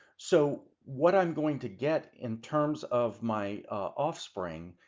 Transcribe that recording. so what i'm going to get in terms of my offspring,